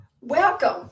Welcome